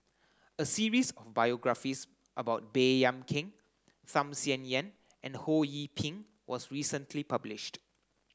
a series of biographies about Baey Yam Keng Tham Sien Yen and Ho Yee Ping was recently published